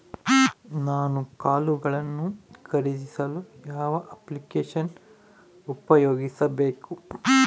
ನಾನು ಕಾಳುಗಳನ್ನು ಖರೇದಿಸಲು ಯಾವ ಅಪ್ಲಿಕೇಶನ್ ಉಪಯೋಗಿಸಬೇಕು?